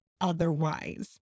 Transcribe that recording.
otherwise